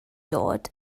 dod